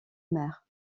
mère